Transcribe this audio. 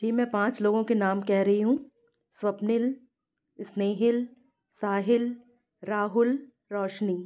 जी मैं पाँच लोगों के नाम कह रही हूँ स्वप्निल स्नेहिल साहिल राहुल रौशनी